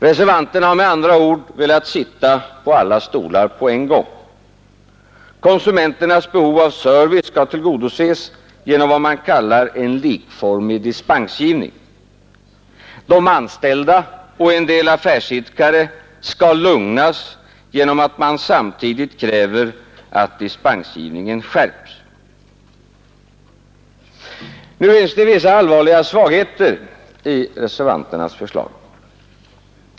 Reservanterna har med andra ord velat sätta sig på alla stolar på en gång. Konsumenternas behov av service skall tillgodoses genom vad man kallar en likformig dispensgivning, och de anställda och en del affärsidkare skall lugnas genom att man samtidigt kräver att dispensgivningen skärps. Det finns vissa allvarliga svagheter i reservanternas förslag.